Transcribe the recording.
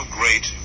great